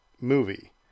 movie